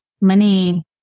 money